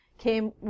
came